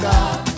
God